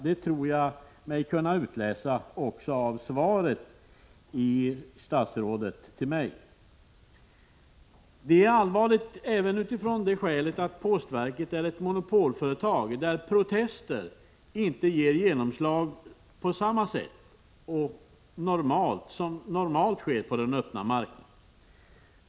Det tror jag mig kunna utläsa också av statsrådets svar till mig. Detta är allvarligt även av det skälet att postverket är ett monopolföretag, där protester inte ger genomslag på samma sätt som de normalt gör på den öppna marknaden.